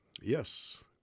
yes